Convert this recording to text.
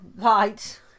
Right